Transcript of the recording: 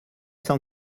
cent